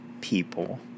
people